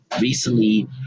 recently